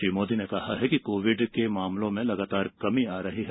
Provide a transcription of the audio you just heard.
श्री मोदी ने कहा कि कोविड के मामलों में लगातार कमी आ रही है